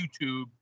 YouTube